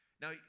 Now